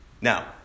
Now